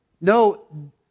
No